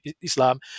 Islam